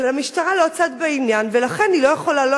אבל המשטרה לא צד בעניין ולכן היא לא יכולה לא